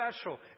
special